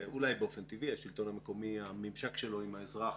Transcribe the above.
וזה אולי באופן טבעי כי הממשק של השלטון המקומי עם האזרח